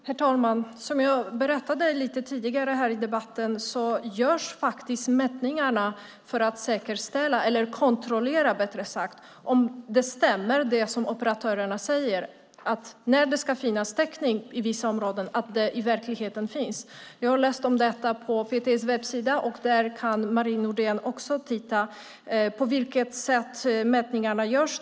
Herr talman! Som jag berättade tidigare i debatten görs det faktiskt mätningar för att kontrollera om det som operatören säger stämmer, att det i verkligheten finns täckning i områden där det ska finnas. Jag har läst om det på PTS webbsida. Marie Nordén kan titta där och se hur mätningarna görs.